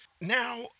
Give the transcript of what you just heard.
now